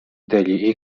degli